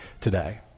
today